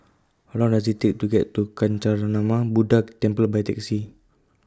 How Long Does IT Take to get to Kancanarama Buddha Temple By Taxi